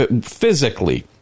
physically